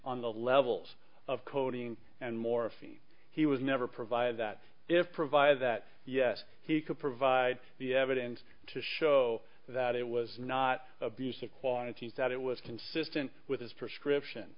on the levels of coding and morphine he was never provided that if provided that yes he could provide the evidence to show that it was not abusive quantities that it was consistent with his prescription